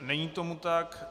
Není tomu tak.